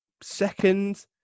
second